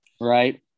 right